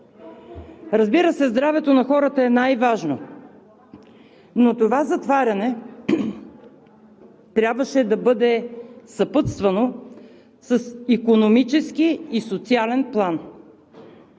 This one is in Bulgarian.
Разбира се, здравето на хората е най-важно, но това затваряне трябваше да бъде съпътствано с икономически и социален план.